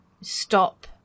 stop